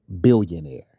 billionaire